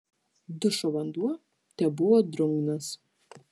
dušo vanduo tebuvo drungnas